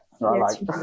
right